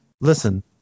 Listen